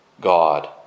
God